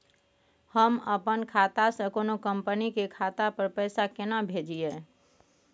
हम अपन खाता से कोनो कंपनी के खाता पर पैसा केना भेजिए?